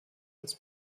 als